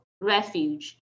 refuge